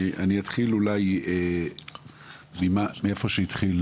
אני אתחיל מאיפה שהתחיל